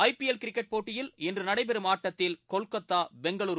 IPL cricket போட்டியில் இன்று நடைபெறும் ஆட்டத்தில் கொல்கத்தா பெங்களுரு